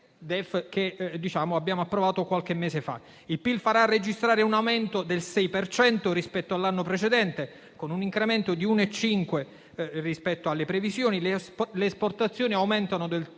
Il PIL farà registrare un aumento del 6 per cento rispetto all'anno precedente, con un incremento dell'1,5 rispetto alle previsioni. Le esportazioni aumentano del 3